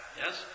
yes